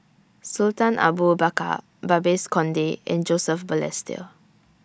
Sultan Abu Bakar Babes Conde and Joseph Balestier